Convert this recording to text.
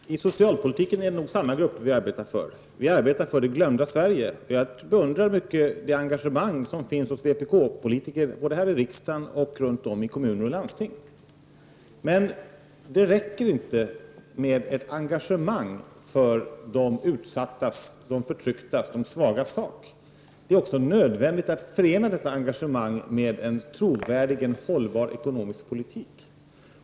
Herr talman! I socialpolitiken är det nog samma grupper som vi arbetar för. Vi arbetar för det glömda Sverige. Jag beundrar mycket det engagemang som finns hos vpk-politikerna både här i riksdagen och runt om i kommuner och landsting. Men det räcker inte med ett engagemang för de utsattas, förtrycktas och svagas sak. Det är också nödvändigt att förena detta med en trovärdig och hållbar ekonomisk politik.